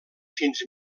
fins